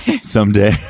someday